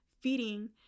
feeding